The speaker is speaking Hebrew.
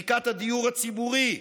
במחיקת הדיור הציבורי,